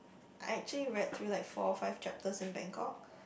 I actually read through like four or five chapters in Bangkok